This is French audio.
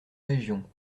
régions